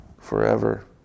forever